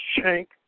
Shank